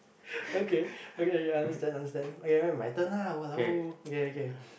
okay okay you understand understand okay then my turn lah !walao! okay okay